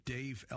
Dave